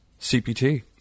CPT